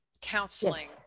counseling